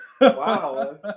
Wow